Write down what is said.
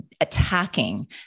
attacking